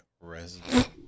resident